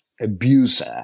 abuser